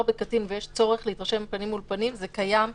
בקטין ויש צורך להתרשם פנים אל פנים - זה קיים בסעיף.